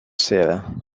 sera